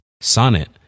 Sonnet